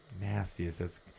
nastiest